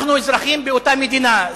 אנחנו אזרחים באותה מדינה.